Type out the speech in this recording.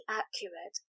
accurate